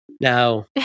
Now